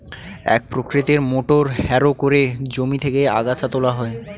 এক প্রকৃতির motor harrow করে জমি থেকে আগাছা তোলা হয়